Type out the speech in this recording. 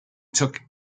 took